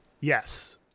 Yes